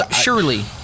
surely